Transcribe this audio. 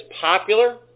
popular